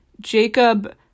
Jacob